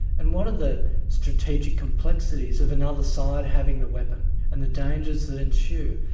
and what are the strategic complexities of another side having the weapon, and the dangers that ensue?